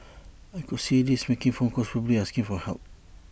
I could see them making phone calls probably asking for help